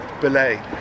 Belay